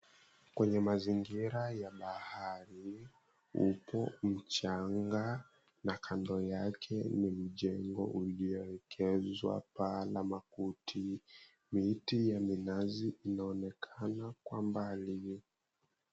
Kwenye mazingira ya bahari upo mchanga na kando yake ni mjengo ulioekezwa paa la makuti. Miti ya minazi inaonekana kwa mbali.